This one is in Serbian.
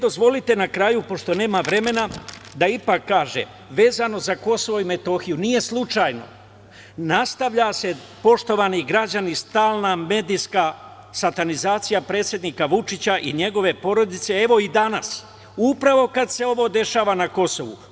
Dozvolite na kraju da ipak, kažem, vezano za KiM, nije slučajno nastavlja se poštovani građani stalna medijska satanizacija predsednika Vučića i njegove porodice, evo i danas, upravo kada se ovo dešava na Kosovu.